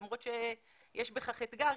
למרות שיש בכך אתגר,